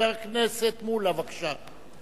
חבר הכנסת מולה, בבקשה.